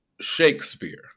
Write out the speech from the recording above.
Shakespeare